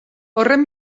horren